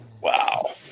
Wow